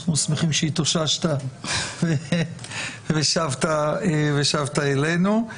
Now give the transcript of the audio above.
אנחנו שמחים שהתאוששת ושבת אלינו.